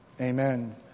Amen